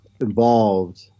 involved